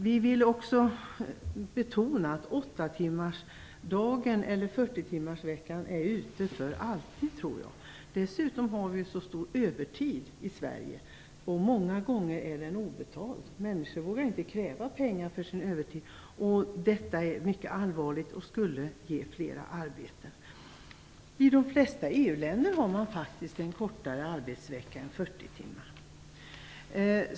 Vi vill också betona att 40-timmarsveckan är ute för alltid. Dessutom har vi ju så stor övertid i Sverige, som många gånger är obetald. Människor vågar inte kräva pengar för sin övertid. Detta är mycket allvarligt. Det är också en sak som skulle ge fler arbeten. I de flesta EU-länder har man faktiskt en kortare arbetsvecka än 40 timmar.